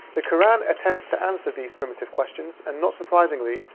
the quran attempts to answer these primitive questions and not surprisingly,